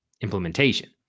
implementation